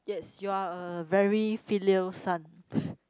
yes you are a very filial son